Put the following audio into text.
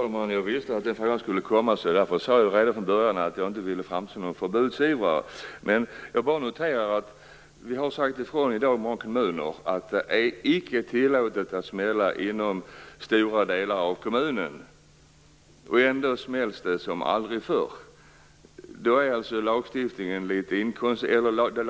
Fru talman! Jag visste att detta skulle komma. Därför sade jag redan från början att jag inte vill framstå som någon förbudsivrare. I många kommuner har man i dag sagt att det icke är tillåtet att smälla inom stora delar av kommunerna. Ändå smälls det som aldrig förr.